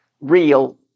real